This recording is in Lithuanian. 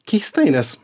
keistai nes